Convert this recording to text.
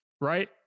right